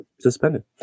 Suspended